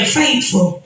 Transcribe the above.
faithful